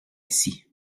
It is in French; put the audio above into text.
ici